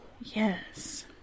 Yes